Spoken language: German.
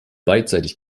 beidseitig